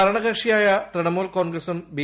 ഭരണകക്ഷിയായ തൃണമൂൽ കോൺഗ്രസും ബി